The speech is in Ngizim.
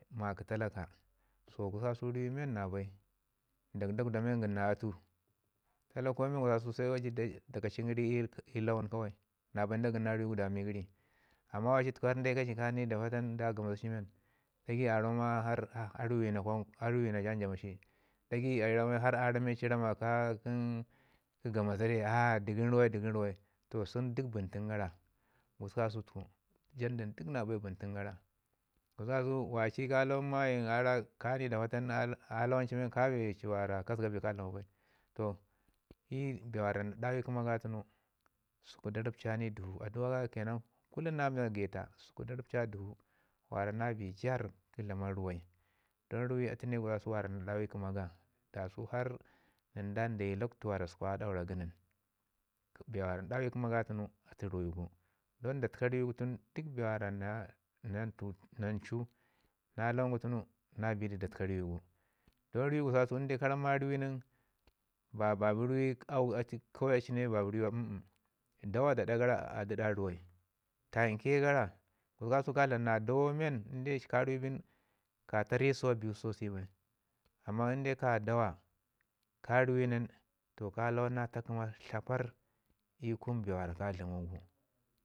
ma kə talaka so gususku kasau ruwai men na bai nda dakwada men gəni na atu. Talakau men gususku kasau se da katən gən lawun da gən na ruwe gu da ami gəri. Amman wali da ika ci ka ni da pata nin nda gamas li men nda ramau ma a ruyi na kwan a ruyi na jan ja masi. Dagai a ramau man a rame ci rama ka kə gamas ree dəgəm ruwai dəgəm ruwai, toh sən duk bən tən yara jandu duk na bai bəntən gara gususku kasau waci mayim akwanci ka ni da pata nin a lawan ci me ka bee na bee ka zəga bai. Toh iyu bee na dawi kəma ga tunu səku da rapta dəvo kullum adu'a ka ke nan kullum na magita səku da rapta dəvo, na bi jarr kə dlama ruwai. Don ruwai gususku ata ne bee na dawo i kəma gadu sau harr nən dayi lakwtu səku a daura gənən. Bee na dawi kəma atu ruwe gu, don da təka ruwe ne bee wara na mttu nancu na bi du da təka ruwai gu. don ruwai gususku kasau inde ka ramu ma ruwai nin baci ruwai aau a li ne baci ruwai amm amm daawu da aɗa gara a ɗiɗa ruwai, tamke gara gusus ku kasau ka dlam na dawau men ka ruwe bin ka ta risau sosai bai. Amma inde ka dawa ka ruwai nin ka lawan na taa komaki shi sosai tlaparr i kun bee wara ka dlamau